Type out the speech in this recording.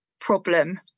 problem